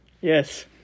Yes